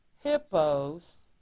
hippos